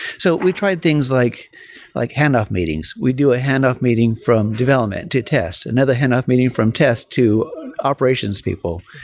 so we tried things like like handoff meetings. we do a handoff meeting from development, to test. another handoff meeting from test to operations people.